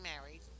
married